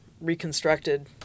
reconstructed